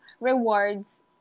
rewards